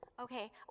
Okay